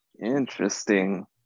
Interesting